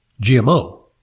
GMO